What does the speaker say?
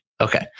Okay